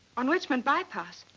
on richmond bypass?